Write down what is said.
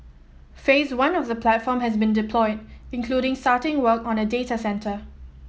Phase One of the platform has been deployed including starting work on a data centre